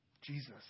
Jesus